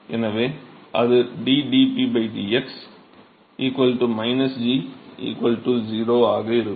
எனவே அது d dp dx g 0 ஆக இருக்கும்